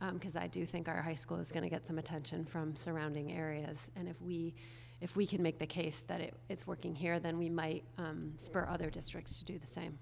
because i do think our high school is going to get some attention from surrounding areas and if we if we can make the case that it is working here then we might spur other districts to do the same